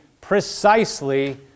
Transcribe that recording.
precisely